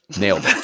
nailed